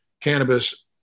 cannabis